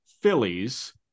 Phillies